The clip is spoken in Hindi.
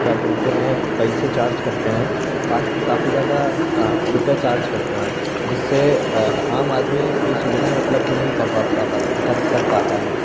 क्या बोलते हैं पैसे चार्ज करते हैं पास काफ़ी ज़्यादा रुपए चार्ज करते हैं जिससे आम आदमी ये सुविधाएँ उपलब्ध नहीं करवा पा कर कर पाता है